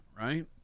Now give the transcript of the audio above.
right